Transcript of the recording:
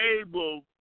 able